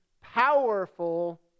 powerful